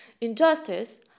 Injustice